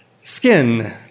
skin